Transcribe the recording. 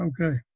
Okay